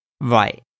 Right